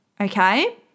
Okay